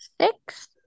six